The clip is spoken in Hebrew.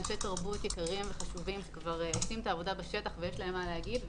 אנשי תרבות יקרים וחשובים שכבר עושים את העבודה בשטח ויש להם מה להגיד,